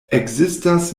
ekzistas